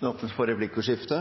Det åpnes for replikkordskifte.